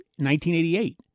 1988